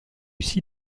six